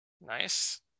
Nice